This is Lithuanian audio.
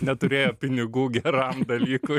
neturėjo pinigų geram dalykui